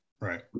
Right